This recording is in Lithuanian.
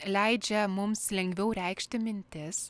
leidžia mums lengviau reikšti mintis